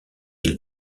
ils